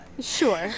Sure